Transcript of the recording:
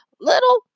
little